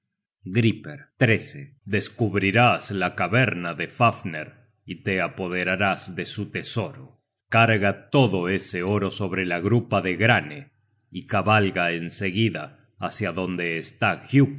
griper descubrirás la caverna de fafner y te apoderarás de su tesoro carga todo ese oro sobre la grupa de granne y cabalga en seguida hácia donde está